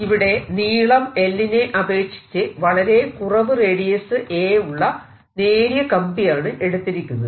ഇവിടെ നീളം 'l ' നെ അപേക്ഷിച്ച് വളരെ കുറവ് റേഡിയസ് 'a' ഉള്ള നേരിയ കമ്പി ആണ് എടുത്തിരിക്കുന്നത്